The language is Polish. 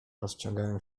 rozciągają